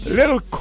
little